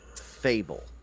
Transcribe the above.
fable